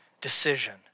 decision